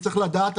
צריך לדעת,